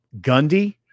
Gundy